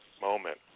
moment